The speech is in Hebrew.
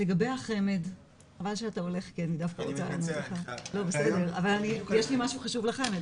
חבל שאתה הולך, כי יש לי משהו חשוב לכם.